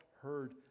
heard